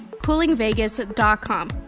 coolingvegas.com